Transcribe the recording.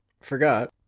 forgot